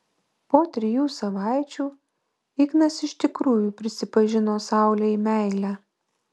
po trijų savaičių ignas iš tikrųjų prisipažino saulei meilę